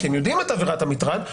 כי הם יודעים את עבירת המטרד,